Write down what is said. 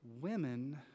Women